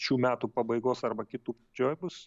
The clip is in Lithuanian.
šių metų pabaigos arba kitų pradžioj bus